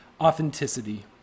authenticity